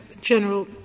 general